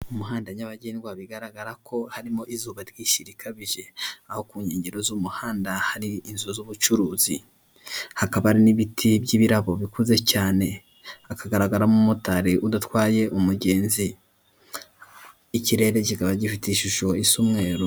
Mu muhanda nyabagendwa bigaragara ko harimo izuba riyinshi rikabije, aho ku nkengero z'umuhanda hari inzu z'ubucuruzi, hakaba n'ibiti by'ibirabo bikuze cyane hakagaragaramo umumotari udatwaye umugenzi. Ikirere kikaba gifite ishusho isa umweru.